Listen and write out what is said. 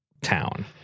town